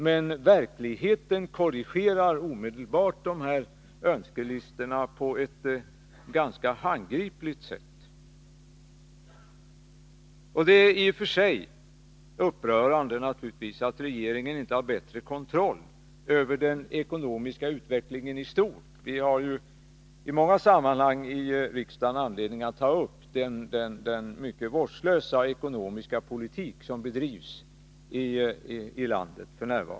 Men verkligheten korrigerar omedelbart önskelistorna på ett ganska handgripligt sätt. Det är naturligtvis i och för sig upprörande att regeringen inte har bättre kontroll över den ekonomiska utvecklingen i stort. Vi har i många sammanhang i riksdagen haft anledning att ta upp den mycket vårdslösa ekonomiska politik som f. n. bedrivs i landet.